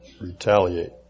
retaliate